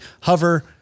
hover